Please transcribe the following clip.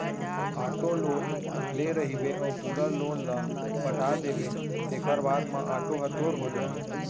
auto loan ले रहिबे अउ पूरा लोन ल पटा देबे तेखर बाद म आटो ह तोर हो जाही